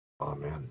amen